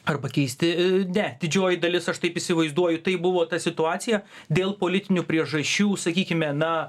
ar pakeisti ne didžioji dalis aš taip įsivaizduoju tai buvo ta situacija dėl politinių priežasčių sakykime na